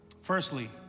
Firstly